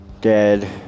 dead